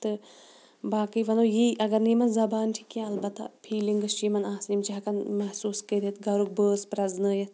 تہٕ باقٕے وَنو یی اَگَر نہٕ یِمَن زَبان چھِ کیٚنٛہہ اَلبَتہٕ فیٖلِنٛگٕس چھِ یِمَن آسان یِم چھِ ہیٚکان محسوٗس کٔرِتھ گَرُک بٲژ پرٛزنٲوِتھ تہٕ